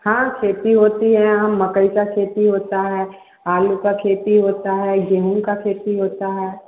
हाँ खेती होती है यहाँ मकई की खेती होती है आलू की खेती होती है गेहूँ की खेती होती है